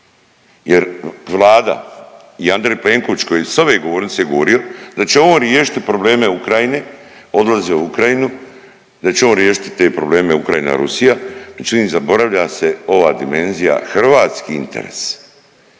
Jer Vlada i Andrej Plenković koji s ove govornice govorio da će on riješiti probleme Ukrajine, odlazio u Ukrajinu, da će on riješiti te probleme Ukrajina Rusija, međutim zaboravlja se ova dimenzija. Hrvatski interes.